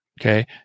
Okay